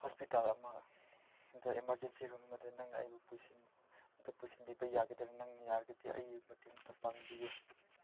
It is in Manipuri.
ꯍꯣꯁꯄꯤꯇꯥꯜ ꯑꯃꯗ ꯏꯃꯥꯔꯖꯦꯟꯁꯤ ꯔꯨꯝ ꯑꯃꯗ ꯅꯪꯅ ꯑꯩꯕꯨ ꯄꯨꯁꯤꯟ ꯑꯝꯇ ꯄꯨꯁꯤꯟꯕꯤꯕ ꯌꯥꯒꯗ꯭ꯔꯥ ꯅꯪꯅ ꯌꯥꯔꯒꯗꯤ ꯑꯩꯒꯤ ꯃꯇꯦꯡ ꯑꯝꯇ ꯄꯥꯡꯕꯤꯌꯨ